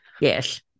Yes